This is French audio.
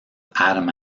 adam